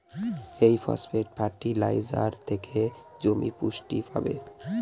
এই phosphate fertilizer থেকে জমি পুষ্টি পাবে